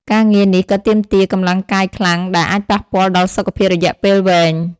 ការងារនេះក៏ទាមទារកម្លាំងកាយខ្លាំងដែលអាចប៉ះពាល់ដល់សុខភាពរយៈពេលវែង។